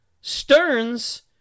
Stearns